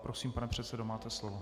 Prosím, pane předsedo, máte slovo.